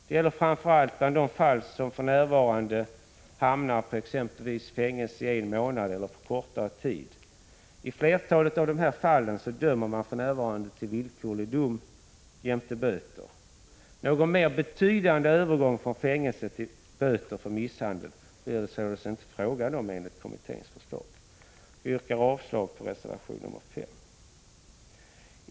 Det gäller framför allt sådana fall som för närvarande hamnar på nivån fängelse i en månad eller kortare tid. I flertalet av dessa fall dömer man för närvarande till villkorlig dom jämte böter. Någon mer betydande övergång från fängelse till böter för misshandel blir det således inte fråga om enligt kommitténs förslag. Jag yrkar avslag på reservation 5.